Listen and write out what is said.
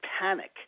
panic